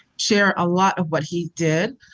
share a lot of what he did.